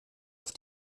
auf